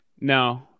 no